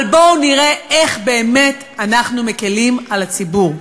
אבל בואו נראה איך באמת אנחנו מקִלים על הציבור.